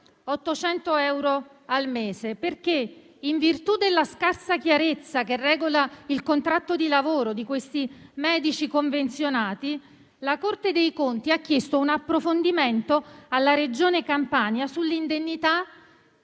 800 euro al mese, perché, in virtù della scarsa chiarezza che regola il loro contratto di lavoro, la Corte dei conti ha chiesto un approfondimento alla regione Campania sull'indennità